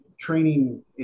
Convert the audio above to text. training